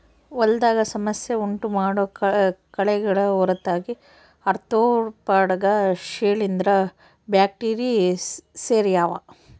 ಹೊಲದಾಗ ಸಮಸ್ಯೆ ಉಂಟುಮಾಡೋ ಕಳೆಗಳ ಹೊರತಾಗಿ ಆರ್ತ್ರೋಪಾಡ್ಗ ಶಿಲೀಂಧ್ರ ಬ್ಯಾಕ್ಟೀರಿ ಸೇರ್ಯಾವ